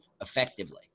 effectively